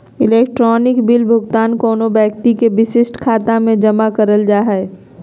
electronic bill भुगतान कोनो व्यक्ति के विशिष्ट खाता में जमा करल जा हइ